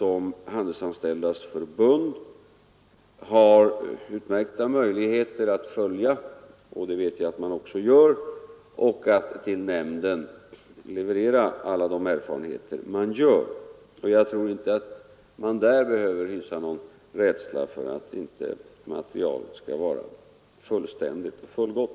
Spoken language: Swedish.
Handelsanställdas förbund har utmärkta möjligheter att följa de anställdas arbetsförhållanden och villkor samt till nämnden redovisa alla gjorda erfarenheter. Jag vet också att så sker. Man behöver inte hysa någon rädsla för att materialet inte skall vara fullständigt och fullgott.